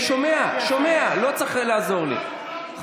אני שומע, שומע, לא צריך לעזור לי.